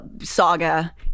saga